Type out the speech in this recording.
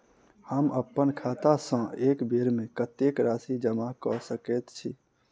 हम अप्पन खाता सँ एक बेर मे कत्तेक राशि जमा कऽ सकैत छी?